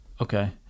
okay